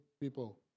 people